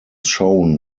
shown